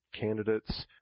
candidates